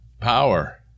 power